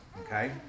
Okay